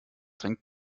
trinke